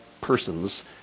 persons